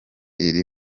iri